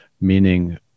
Meaning